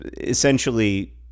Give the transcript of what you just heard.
essentially